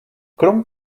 krom